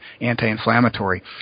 anti-inflammatory